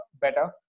better